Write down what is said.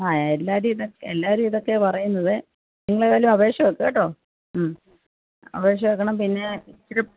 ആ എല്ലാവരും ഇതൊക്കെ എല്ലാവരും ഇതൊക്കെയാണ് പറയുന്നത് നിങ്ങൾ ഏതായാലും അപേക്ഷ വെക്ക് കേട്ടോ അപേക്ഷ വെക്കണം പിന്നെ ഇത്തിരി